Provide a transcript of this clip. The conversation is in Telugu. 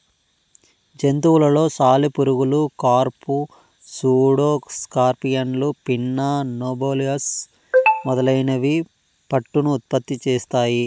జంతువులలో సాలెపురుగులు, కార్ఫ్, సూడో స్కార్పియన్లు, పిన్నా నోబిలస్ మొదలైనవి పట్టును ఉత్పత్తి చేస్తాయి